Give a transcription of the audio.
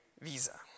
visa